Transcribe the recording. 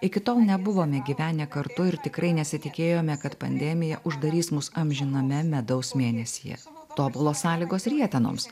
iki tol nebuvome gyvenę kartu ir tikrai nesitikėjome kad pandemija uždarys mus amžiname medaus mėnesyje tobulos sąlygos rietenoms